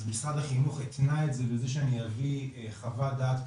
אז משרד החינוך התנה את זה בזה שאני אביא חוות דעת פסיכיאטרית,